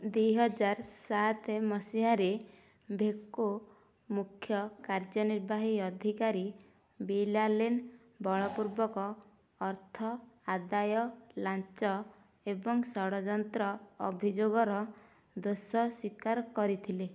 ଦୁଇ ହଜାର ସାତ ମସିହାରେ ଭେକୋ ମୁଖ୍ୟ କାର୍ଯ୍ୟନିର୍ବାହୀ ଅଧିକାରୀ ବିଲ୍ ଆଲେନ୍ ବଳପୂର୍ବକ ଅର୍ଥ ଆଦାୟ ଲାଞ୍ଚ ଏବଂ ଷଡ଼ଯନ୍ତ୍ର ଅଭିଯୋଗର ଦୋଷ ସ୍ଵୀକାର କରିଥିଲେ